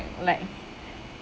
like